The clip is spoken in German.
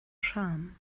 scham